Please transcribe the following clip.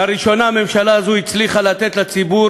לראשונה, הממשלה הזאת הצליחה לתת לציבור